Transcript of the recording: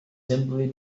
simply